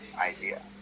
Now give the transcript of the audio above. idea